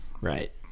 Right